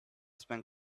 spend